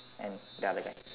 and the other guy